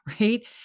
right